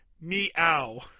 meow